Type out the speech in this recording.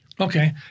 Okay